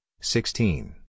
sixteen